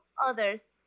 others